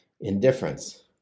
Indifference